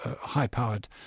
high-powered